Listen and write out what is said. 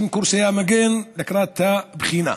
קורסי המגן לקראת הבחינה.